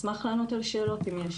אשמח לענות על שאלות, אם יש.